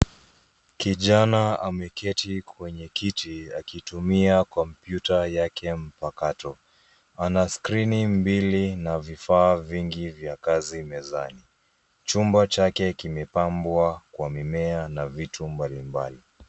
Kijana ameketi kwenye kiti akitumia kompyuta yake mpakato. Ana skrini mbili na vifaa vingi vya kazi mezani . Chumba chake kimepambwa kwa mimea na vitu mbalimbali.